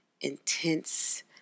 intense